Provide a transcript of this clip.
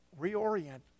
reorient